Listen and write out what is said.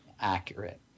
accurate